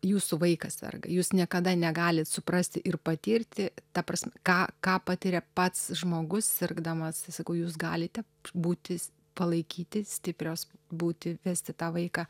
jūsų vaikas serga jūs niekada negalit suprasti ir patirti ta prasme ką ką patiria pats žmogus sirgdamas sakau jūs galite būti s palaikyti stiprios būti vesti tą vaiką